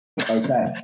okay